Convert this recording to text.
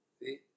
See